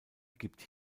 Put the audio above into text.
gibt